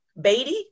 Beatty